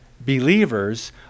believers